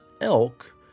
elk